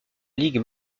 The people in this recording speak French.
ligue